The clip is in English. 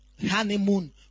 Honeymoon